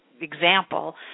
Example